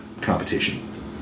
competition